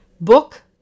book